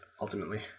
ultimately